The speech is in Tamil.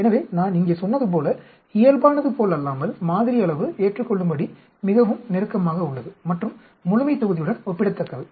எனவே நான் இங்கே சொன்னது போல இயல்பானது போலல்லாமல் மாதிரி அளவு ஏற்றுக்கொள்ளும்படி மிகவும் நெருக்கமாக உள்ளது மற்றும் முழுமைத்தொகுதியுடன் ஒப்பிடத்தக்கது